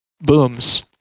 booms